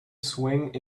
swing